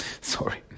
Sorry